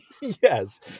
Yes